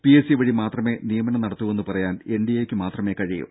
P S C വഴി മാത്രമെ നിയമനം നടത്തൂവെന്ന് പറയാൻ എൻ ഡി എയ്ക്കു മാത്രമെ കഴിയൂ